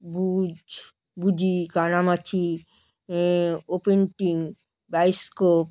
বুজবুজি কানামাছি ওপেন টি বায়োস্কোপ